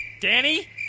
Danny